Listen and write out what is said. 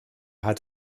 hat